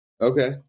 Okay